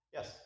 Yes